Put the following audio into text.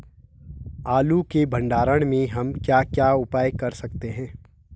आलू के भंडारण में हम क्या क्या उपाय कर सकते हैं?